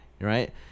Right